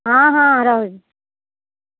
ହଁ ହଁ ରହୁଛି